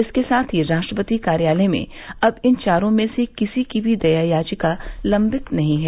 इसके साथ ही राष्ट्रपति कार्यालय में अब इन चारों में से किसी की भी दया याचिका लम्बित नहीं है